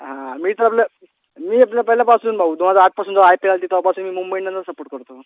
हां मी ठरलं मी आपलं पहिल्यापासून भाऊ दोनहजार आठपासून जो आय पी एल आलती तवापासून मी मुंबई इंडियनना सपोर्ट करतो